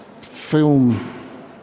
film